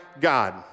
God